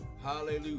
Hallelujah